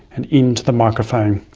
and into the microphone.